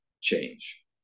change